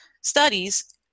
studies